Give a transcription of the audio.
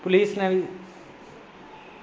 police नै